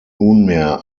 nunmehr